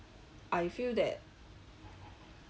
I feel that